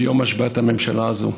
ביום השבעת הממשלה הזאת,